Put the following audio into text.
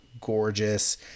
gorgeous